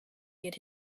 get